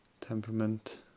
temperament